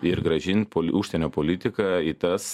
ir grąžint pol užsienio politiką į tas